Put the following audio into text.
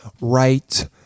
right